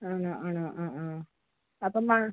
ആണോ ആണോ ആ ആ അപ്പോൾ